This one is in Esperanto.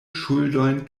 ŝuldojn